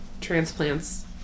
transplants